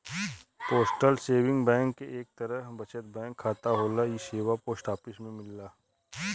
postal saving bank एक तरे बचत बैंक खाता होला इ सेवा पोस्ट ऑफिस में मिलला